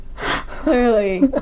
Clearly